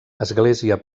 església